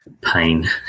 pain